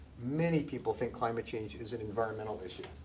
many people think climate change is an environmental issue.